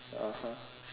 (uh huh)